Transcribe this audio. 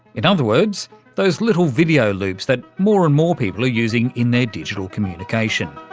in other words those little video loops that more and more people are using in their digital communication.